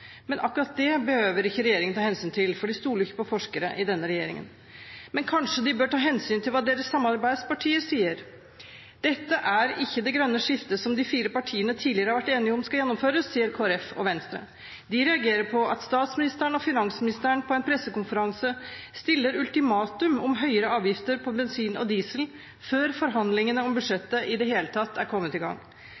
Men akkurat det behøver ikke regjeringen ta hensyn til, for de stoler ikke på forskere i denne regjeringen. Men kanskje de bør ta hensyn til hva deres samarbeidspartier sier? Dette er ikke det grønne skiftet som de fire partiene tidligere har vært enige om skal gjennomføres, sier Kristelig Folkeparti og Venstre. De reagerer på at statsministeren og finansministeren på en pressekonferanse stiller ultimatum om høyere avgifter på bensin og diesel før forhandlingene om